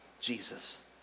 Jesus